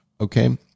Okay